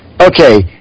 okay